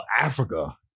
Africa